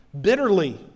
bitterly